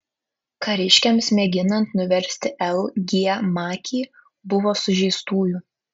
kariškiams mėginant nuversti l g makį buvo sužeistųjų